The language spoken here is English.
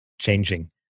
changing